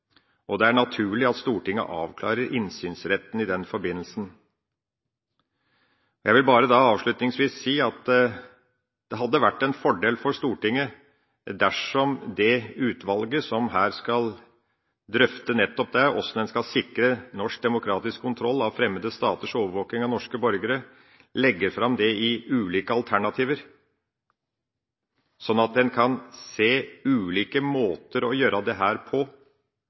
Det er naturlig at Stortinget avklarer innsynsretten i den forbindelse. Jeg vil avslutningsvis si at det hadde vært en fordel for Stortinget dersom utvalget som skal drøfte hvordan en skal sikre norsk, demokratisk kontroll av fremmede staters overvåking av norske borgere, legger det fram i ulike alternativer, sånn at en kan se ulike måter å gjøre dette på.